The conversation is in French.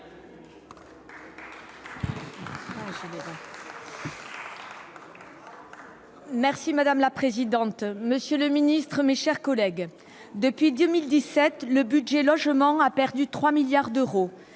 Merci madame la présidente, monsieur le Ministre, mes chers collègues, depuis 2017, le budget logement a perdu 3 milliards d'euros,